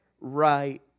right